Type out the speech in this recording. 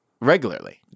regularly